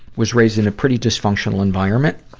was raised in a pretty dysfunctional environment.